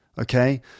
Okay